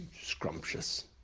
Scrumptious